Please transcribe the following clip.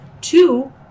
Two